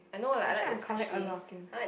actually I collect a lots of things